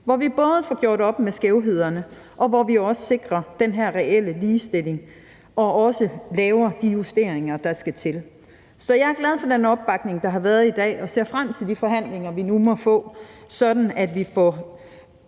hvor vi både får gjort op med skævhederne, og hvor vi også sikrer den her reelle ligestilling og også laver de justeringer, der skal til. Så jeg er glad for den opbakning, der har været i dag, og ser frem til de forhandlinger, vi nu må få, sådan at vi får